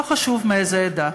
לא חשוב מאיזו עדה.